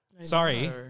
Sorry